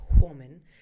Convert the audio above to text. woman